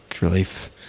relief